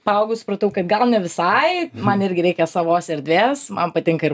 paaugus supratau kad gal ne visai man irgi reikia savos erdvės man patinka ir